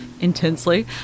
intensely